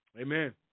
Amen